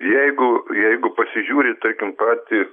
jeigu jeigu pasižiūri tarkim pat